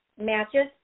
matches